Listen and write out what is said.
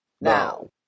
now